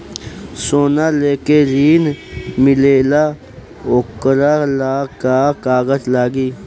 सोना लेके ऋण मिलेला वोकरा ला का कागज लागी?